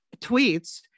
tweets